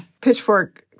Pitchfork